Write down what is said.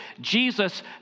Jesus